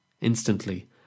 Instantly